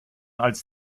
als